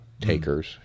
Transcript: takers